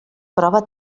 prova